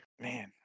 Man